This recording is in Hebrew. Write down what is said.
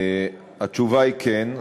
התשובה היא כן.